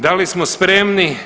Da li smo spremni?